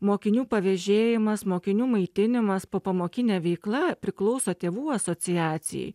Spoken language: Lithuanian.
mokinių pavėžėjimas mokinių maitinimas popamokinė veikla priklauso tėvų asociacijai